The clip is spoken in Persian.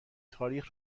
تاریخ